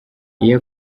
iyo